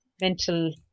mental